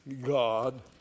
God